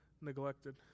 neglected